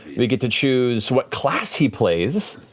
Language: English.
we get to choose what class he plays,